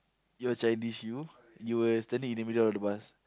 you are childish you you were standing in the middle of the bus